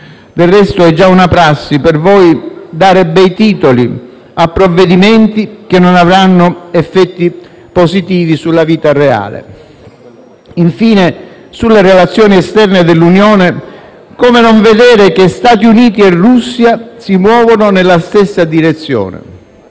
Del resto, è già una prassi per voi dare bei titoli a provvedimenti che non avranno effetti positivi sulla vita reale. Infine, sulle relazioni esterne dell'Unione, come non vedere che Stati Uniti e Russia si muovono nella stessa direzione?